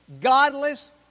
godless